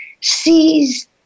sees